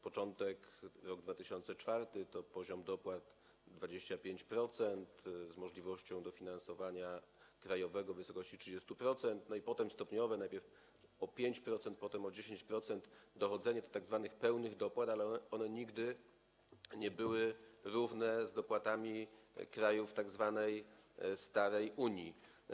Początek - rok 2004 - to dopłaty na poziomie 25% z możliwością dofinansowania krajowego w wysokości 30%, potem stopniowe, najpierw o 5%, później o 10%, dochodzenie do tzw. pełnych dopłat, ale one nigdy nie były równe dopłatom w krajach tzw. starej Unii.